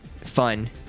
fun